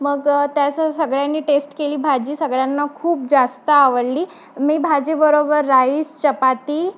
मग त्याचं सगळ्यांनी टेस्ट केली भाजी सगळ्यांना खूप जास्त आवडली मी भाजीबरोबर राईस चपाती